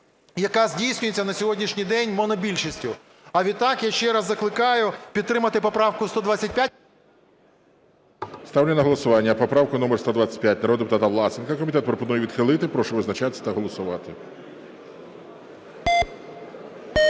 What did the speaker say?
яка здійснюється на сьогоднішній день монобільшістю. А відтак я ще раз закликаю підтримати поправку 125. ГОЛОВУЮЧИЙ. Ставлю на голосування поправку номер 125 народного депутата Власенка. Комітет пропонує відхилити. Прошу визначатись та голосувати.